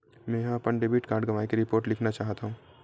मेंहा अपन debit card गवाए के रिपोर्ट लिखना चाहत हव